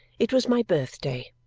it was my birthday.